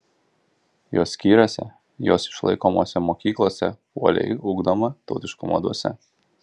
jos skyriuose jos išlaikomose mokyklose uoliai ugdoma tautiškumo dvasia